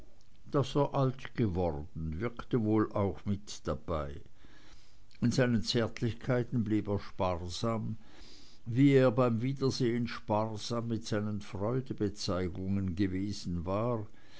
daß er alt geworden wirkte wohl auch mit dabei mit seinen zärtlichkeiten blieb er sparsam wie er beim wiedersehen sparsam mit seinen freudenbezeugungen gewesen war